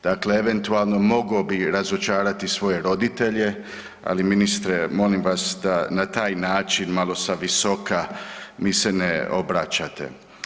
Dakle, eventualno, mogao bih razočarati svoje roditelje, ali ministre, molim vas da na taj način malo sa visoka mi se ne obraćate.